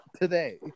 today